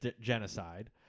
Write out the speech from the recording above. genocide